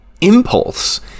impulse